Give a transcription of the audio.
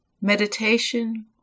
meditation